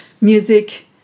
music